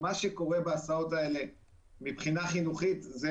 מה שקורה בהסעות האלה מבחינה חינוכית זה